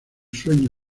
sueño